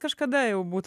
kažkada jau būt